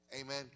amen